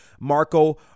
Marco